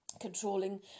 controlling